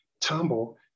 tumble